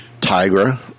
Tigra